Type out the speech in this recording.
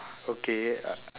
okay uh